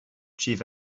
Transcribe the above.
chief